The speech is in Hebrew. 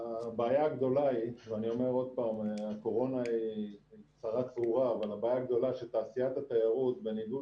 הבעיה הגדולה היא שתעשיית התיירות בניגוד